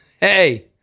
Hey